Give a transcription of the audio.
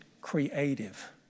creative